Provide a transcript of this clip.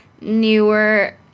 newer